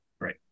Right